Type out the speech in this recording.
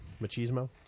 Machismo